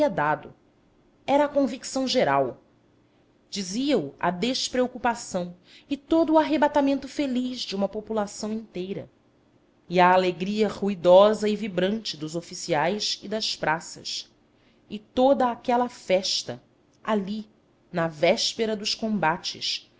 dado era a convicção geral dizia o a despreocupação e todo o arrebatamento feliz de uma população inteira e a alegria ruidosa e vibrante dos oficiais e das praças e toda aquela festa ali na véspera dos combates